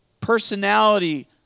personality